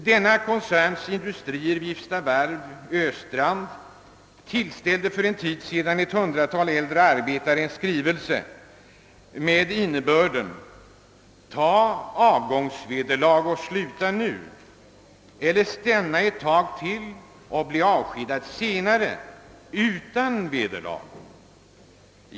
Denna koncerns industrier Wifstavarv-Östrand tillställde för en tid sedan ett hundratal äldre arbetare en skrivelse med innebörden: Ta avgångsvederlag och sluta nu — eller stanna ett tag till och bli avskedad senare utan vederlag!